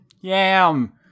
Yam